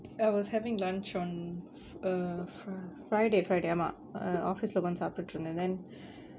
I was having lunch on f~ err fri~ friday friday ஆமா:aamaa office lah உக்காந்து சாப்டிட்டு இருந்தேன்:ukkanthu saaptittu irunthaen and then